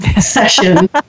session